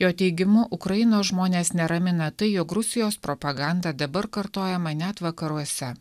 jo teigimu ukrainos žmonės neramina tai jog rusijos propaganda dabar kartojama net vakaruose